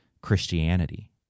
Christianity